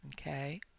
Okay